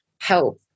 help